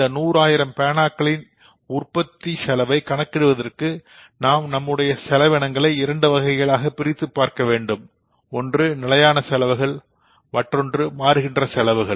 இந்த நூறு ஆயிரம் பேனாக்களின் உற்பத்தி செலவை கணக்கிடுவதற்கு நாம் நம்முடைய செலவினங்களை இரண்டு வகைகளாக பிரித்து பார்க்க வேண்டும் நிலையான செலவுகள் மற்றும் மாறுகின்ற செலவுகள்